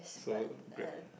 so Greg